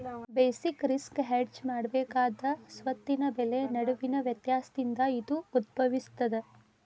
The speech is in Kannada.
ಬೆಸಿಕ್ ರಿಸ್ಕ ಹೆಡ್ಜ ಮಾಡಬೇಕಾದ ಸ್ವತ್ತಿನ ಬೆಲೆ ನಡುವಿನ ವ್ಯತ್ಯಾಸದಿಂದ ಇದು ಉದ್ಭವಿಸ್ತದ